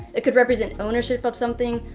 it could represent ownership of something,